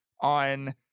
on